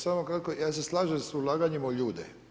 Samo kratko, ja se slažem sa ulaganjem u ljude.